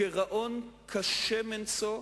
גירעון קשה מנשוא,